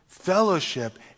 Fellowship